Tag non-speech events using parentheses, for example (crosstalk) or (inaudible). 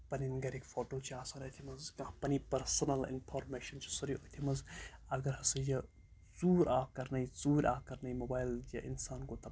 پَنٕنۍ گَرِکۍ فوٹو چھِ آسان أتھۍ مںٛز کانٛہہ پَنٕنۍ پٔرسٕنَل اِنفارمیشَن چھُ سورُے أتھۍ منٛز اَگر ہسا یہِ ژوٗر آو کَرنَے ژوٗر آو کَرنَے موبایل (unintelligible) اِنسان گوٚو تَباہ